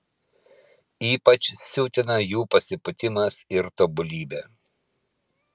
ypač siutina jų pasipūtimas ir tobulybė